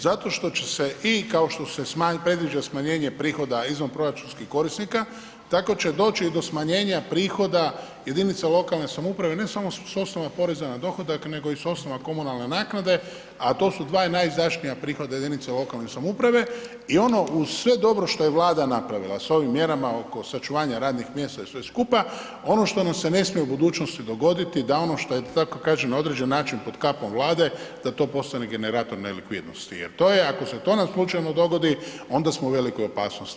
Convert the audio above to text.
Zato što će se i kao što se predviđa smanjenje prihoda izvanproračunskih korisnika, tako će doći i do smanjenja prihoda jedinica lokalne samouprave ne samo s osnova poreza na dohodak, nego i s osnova komunalne naknade, a to su dva najizdašnija prihoda jedinica lokalne samouprave i ono uz sve dobro što je Vlada napravila s ovim mjerama oko sačuvanja radnih mjesta i sve skupa, ono što nam se ne smije u budućnosti dogoditi, da ono što da tako kažem, na određeni način pod kapom Vlade, da to postaje generator nelikvidnosti jer to je, ako se to nam slučajno dogodi, onda smo u velikoj opasnosti.